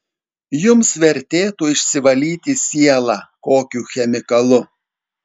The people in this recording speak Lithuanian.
jums vertėtų išsivalyti sielą kokiu chemikalu